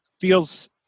feels